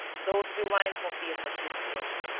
those few lines won't be of much use to us.